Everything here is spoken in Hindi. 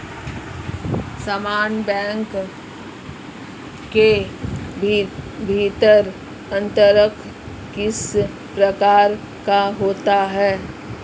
समान बैंक के भीतर अंतरण किस प्रकार का होता है?